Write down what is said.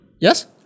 Yes